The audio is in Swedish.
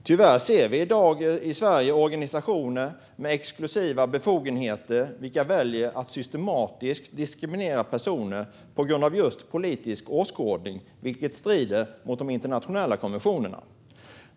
Tyvärr ser vi i dag i Sverige organisationer med exklusiva befogenheter vilka väljer att systematiskt diskriminera personer på grund av politisk åskådning, vilket strider mot de internationella konventionerna.